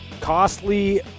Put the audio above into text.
costly